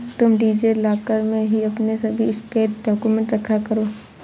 तुम DigiLocker में ही अपने सभी स्कैंड डाक्यूमेंट रखा करो